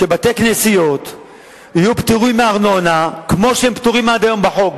שבתי-כנסיות יהיו פטורים מארנונה כמו שהם פטורים עד היום בחוק.